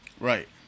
Right